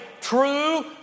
true